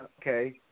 Okay